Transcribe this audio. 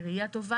היא ראייה טובה.